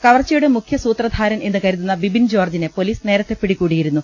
കവർച്ചയുടെ മുഖ്യ സൂത്രധാരൻ എന്നു കരുതുന്ന ബിപിൻ ജോർജ്ജിനെ പൊലീസ് നേരത്തെ പിടികൂടിയിരുന്നു